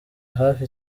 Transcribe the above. hafi